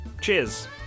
Cheers